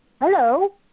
hello